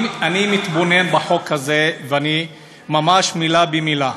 אני מתבונן בחוק הזה, ואני, ממש מילה במילה.